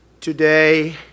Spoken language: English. Today